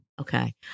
Okay